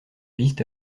visent